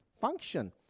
function